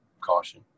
caution